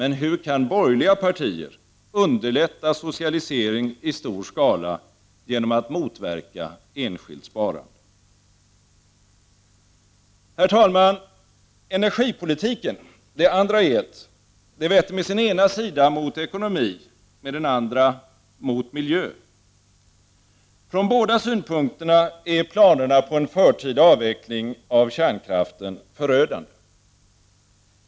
Men hur kan borgerliga partier underlätta socialisering i stor skala genom att motverka enskilt sparande? Herr talman! Energipolitiken, det andra E-et, vetter med sin ena sida mot ekonomi, med den andra mot miljö. Från båda synpunkterna är planerna på en förtida avveckling av kärnkraften förödande.